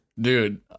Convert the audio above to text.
Dude